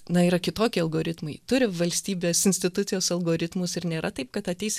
na yra kitokie algoritmai turi valstybės institucijos algoritmus ir nėra taip kad ateis